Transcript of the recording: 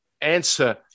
answer